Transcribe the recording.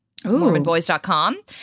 mormonboys.com